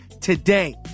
today